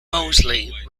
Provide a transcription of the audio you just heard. mosley